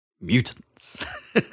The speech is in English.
Mutants